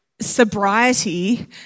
sobriety